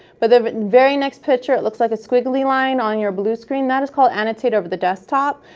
but the very next picture, it looks like a squiggly line on your blue screen, that is called annotate over the desktop.